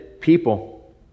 people